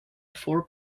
four